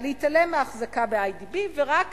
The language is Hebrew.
מהאחזקה ב"איי.די.בי", ורק